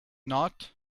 not